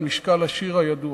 על משקל השיר הידוע.